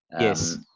Yes